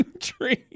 dream